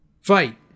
fight